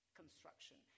construction